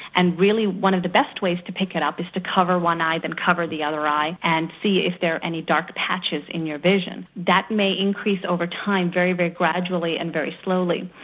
and really, one of the best ways to pick it up is to cover one eye, then cover the other eye, and see if there are any dark patches in your vision. that may increase over time very, very gradually and very slowly.